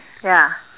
ya